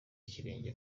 ikirenge